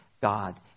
God